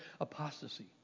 apostasy